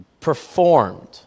performed